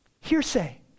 hearsay